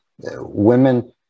Women